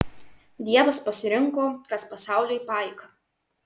dievas pasirinko kas pasauliui paika